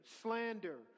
slander